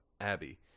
Abby